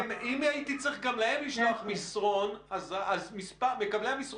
ואם זה שני בידודים שונים אז בסך הכל אולי הוא ייספר פעמיים.